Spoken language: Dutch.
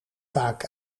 vaak